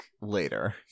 later